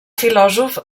filòsof